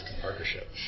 partnership